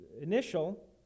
initial